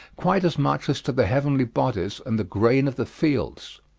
quite as much as to the heavenly bodies and the grain of the fields.